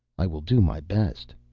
i will do my best,